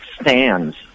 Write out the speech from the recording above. stands